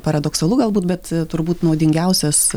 paradoksalu galbūt bet turbūt naudingiausias